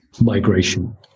migration